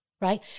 right